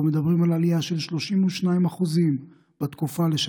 אנחנו מדברים על עלייה של 32% בתקופה זו,